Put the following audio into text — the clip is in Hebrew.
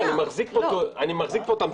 לא, אני מחזיק פה תמצית רישום.